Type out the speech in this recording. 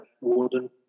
warden